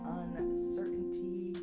uncertainty